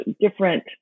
different